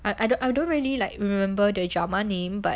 I I don't I don't really like remember the drama name but